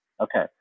Okay